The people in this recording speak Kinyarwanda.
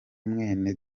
mwene